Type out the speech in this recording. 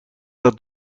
dat